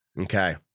Okay